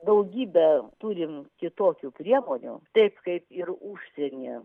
daugybė turim kitokių priemonių taip kaip ir užsienyje